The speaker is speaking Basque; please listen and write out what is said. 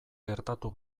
gertatu